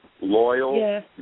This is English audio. loyal